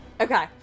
Okay